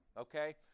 okay